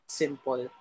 simple